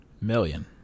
Million